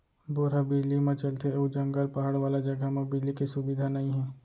bore ह बिजली म चलथे अउ जंगल, पहाड़ वाला जघा म बिजली के सुबिधा नइ हे